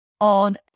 on